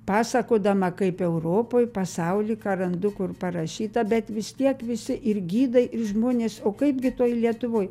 pasakodama kaip europoj pasauly ką randu kur parašyta bet vis tiek visi ir gidai ir žmonės o kaipgi toj lietuvoj